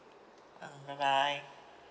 ah bye bye